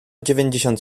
dziewięćdziesiąt